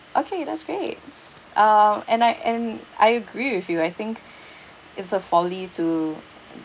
okay that's great uh and I and I agree with you I think it's a folly to